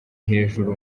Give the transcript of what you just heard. hejuru